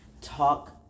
talk